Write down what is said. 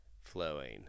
flowing